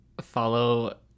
Follow